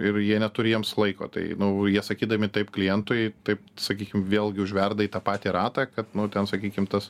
ir jie neturi jiems laiko tai nu jie sakydami taip klientui taip sakykim vėlgi užverda į tą patį ratą kad nu ten sakykim tas